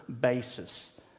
basis